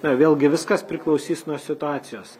na vėlgi viskas priklausys nuo situacijos